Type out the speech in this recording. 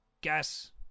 gas